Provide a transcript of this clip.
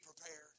prepared